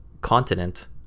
continent